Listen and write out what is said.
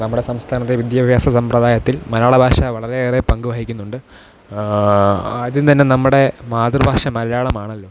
നമ്മുടെ സംസ്ഥാനത്തെ വിദ്യാഭ്യാസ സമ്പ്രദായത്തിൽ മലയാളഭാഷ വളരെയേറെ പങ്കുവഹിക്കുന്നുണ്ട് ആദ്യം തന്നെ നമ്മുടെ മാതൃഭാഷ മലയാളമാണല്ലോ